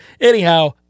anyhow